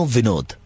Vinod